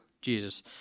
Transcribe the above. Jesus